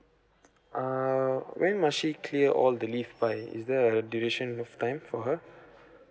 err when must she clear all the leave by is there a duration of time for her